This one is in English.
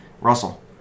Russell